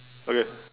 okay